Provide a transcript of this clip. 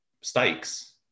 stakes